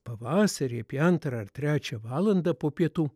pavasarį apie antrą ar trečią valandą po pietų